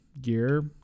gear